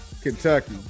Kentucky